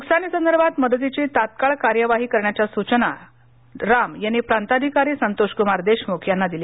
नुकसानीसंदर्भात मदतीची तात्काळ कार्यवाही करण्याच्या सूचना राम यांनी प्रांताधिकारी संतोषकुमार देशमुख यांना दिल्या